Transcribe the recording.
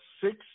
six